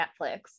Netflix